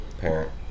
parent